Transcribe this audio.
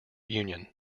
union